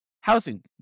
housing